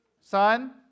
Son